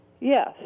yes